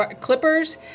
clippers